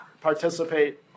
participate